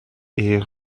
est